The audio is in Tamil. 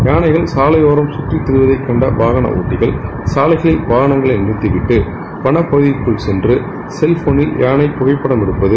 யானைகள் சாலையோரம் கற்றி திரிந்ததை கண்ட வாகன ஒட்டிகள் சாலைகளில் வாகனங்களில் நிறுத்தி விட்டு வனப் பகுதிக்குள் சென்று செல்போனில் யானையை புகைப்படம் எடுப்பது